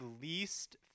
least